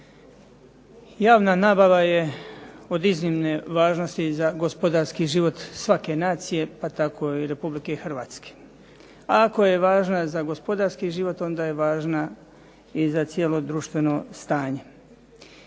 Javna nabava je od iznimne važnosti za gospodarski život svake nacije, pa tako i Republike Hrvatske, a ako je važna za gospodarski život, onda je važna i za cijelo društveno stanje.